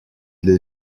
для